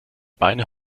beine